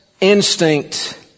instinct